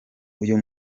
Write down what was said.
uyu